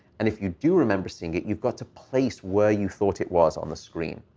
and if you do remember seeing it, you've got to place where you thought it was on the screen.